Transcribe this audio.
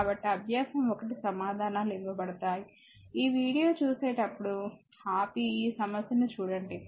కాబట్టి అభ్యాసం 1 సమాధానాలు ఇవ్వబడతాయి ఈ వీడియో చూసేటప్పుడు ఆపి ఈ సమస్యను చూడండి